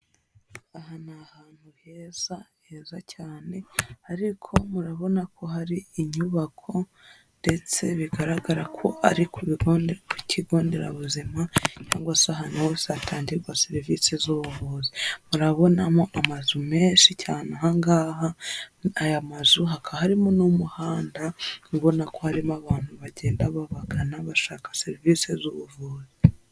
Aha ni ahantu heza, heza cyane ariko murabona ko hari inyubako ndetse bigaragara ko ari ku rutonde rw'ikigo nderabuzima cyangwa se ahantu ho hatangirwa serivisi z'ubuvuzi. Murabonamo amazu menshi cyane aha ngaha aya mazu, hakaba harimo n'umuhanda ubona ko harimo abantu bagenda babagana bashaka serivisi z'ubuvuzi.